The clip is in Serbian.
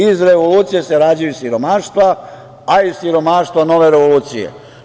Iz revolucije se rađaju siromaštva, a iz siromaštva nove revolucije.